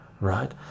right